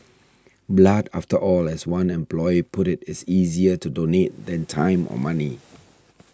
blood after all as one employee put it is easier to donate than time or money